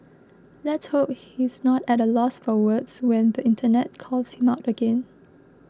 let's hope he's not at a loss for words when the internet calls him out again